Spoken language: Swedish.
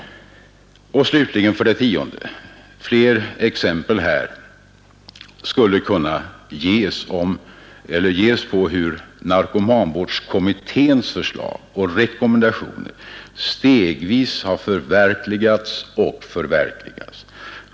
10. Fler exempel skulle kunna anges på hur narkomanvårdskommitténs förslag och rekommendationer successivt har förverkligats och förverkligas.